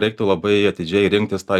reiktų labai atidžiai rinktis tą